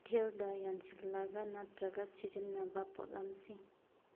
ꯀꯩꯊꯦꯜꯗ ꯌꯥꯟꯁꯤꯜꯂꯒ ꯅꯠꯇ꯭ꯔꯒ ꯁꯤꯖꯤꯟꯅꯕ ꯄꯣꯠꯂꯝꯁꯤꯡ